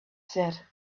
said